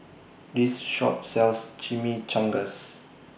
This Shop sells Chimichangas